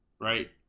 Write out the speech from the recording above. right